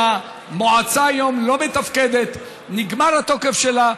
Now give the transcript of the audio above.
שהמועצה כיום לא מתפקדת, נגמר התוקף שלה.